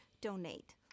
donate